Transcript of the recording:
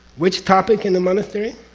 which topic in the monastery,